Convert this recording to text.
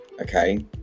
okay